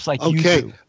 Okay